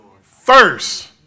First